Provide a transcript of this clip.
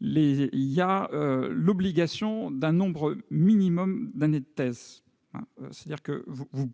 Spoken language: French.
il y a l'obligation d'un nombre minimum d'années de thèse. Vous